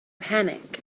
panic